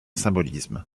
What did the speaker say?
symbolisme